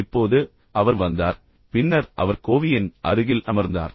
இப்போது அவர் வந்தார் பின்னர் அவர் கோவியின் அருகில் அமர்ந்தார்